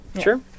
Sure